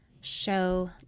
show